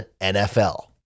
NFL